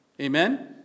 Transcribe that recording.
Amen